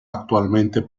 actualmente